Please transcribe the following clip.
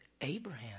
Abraham